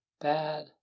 bad